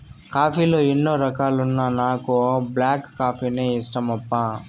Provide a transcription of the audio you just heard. coffee లో ఎన్నో రకాలున్నా నాకు బ్లాక్ కాఫీనే ఇష్టమప్పా